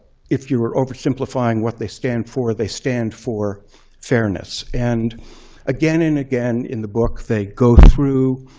if you are oversimplifying what they stand for, they stand for fairness. and again and again in the book, they go through